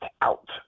out